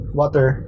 water